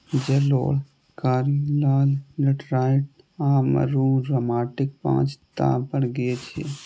जलोढ़, कारी, लाल, लेटेराइट आ मरु माटिक पांच टा वर्ग छियै